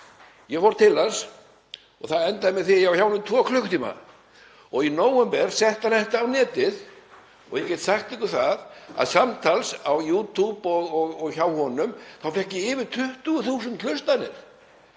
Ég fór til hans og það endaði með því að ég sat hjá honum í tvo klukkutíma. Í nóvember setti hann þetta á netið og ég get sagt ykkur það að samtals á YouTube og hjá honum þá fékk ég yfir 20.000 hlustanir.